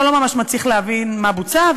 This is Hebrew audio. אתה לא ממש מצליח להבין מה בוצע.